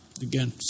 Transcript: Again